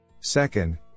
Second